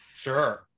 sure